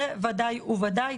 זה ודאי וודאי,